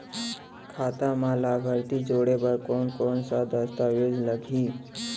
खाता म लाभार्थी जोड़े बर कोन कोन स दस्तावेज लागही?